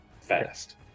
fast